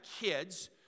kids